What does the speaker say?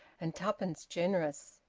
and twopence generous!